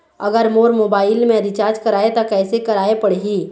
अगर मोर मोबाइल मे रिचार्ज कराए त कैसे कराए पड़ही?